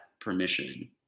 permission